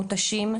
מותשים,